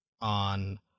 on